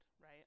right